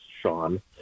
Sean